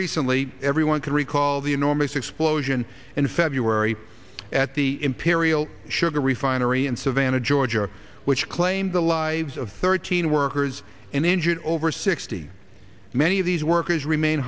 recently everyone can recall the enormous explosion in february at the imperial sugar refinery in savannah georgia which claimed the lives of thirteen workers and injured over sixty many of these workers remain